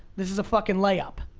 this is a fuckin' layup.